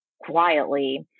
quietly